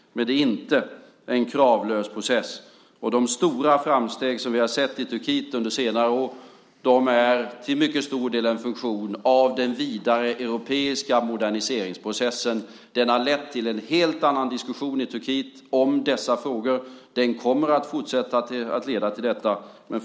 Det är emellertid inte en kravlös process, och de stora framstegen under senare år i Turkiet är till stor del en funktion av den vidare europeiska moderniseringsprocessen. Den har lett till en helt annan diskussion om dessa frågor i Turkiet och kommer att fortsätta att leda till det.